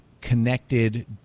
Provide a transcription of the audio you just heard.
connected